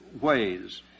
ways